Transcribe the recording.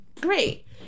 Great